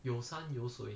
有水